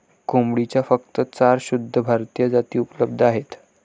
कोंबडीच्या फक्त चार शुद्ध भारतीय जाती उपलब्ध आहेत